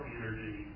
energy